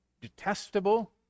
detestable